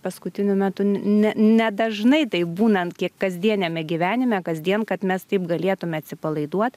paskutiniu metu ne ne nedažnai taip būnant kiek kasdieniame gyvenime kasdien kad mes taip galėtume atsipalaiduot